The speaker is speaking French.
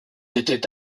était